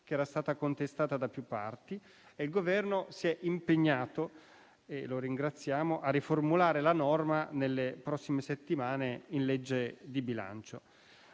che era stata contestata da più parti, e il Governo si è impegnato - e lo ringraziamo - a riformulare la norma nelle prossime settimane in legge di bilancio.